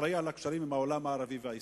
אחראי לקשרים עם העולם הערבי והאסלאמי.